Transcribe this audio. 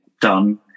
done